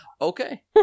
okay